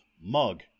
Mug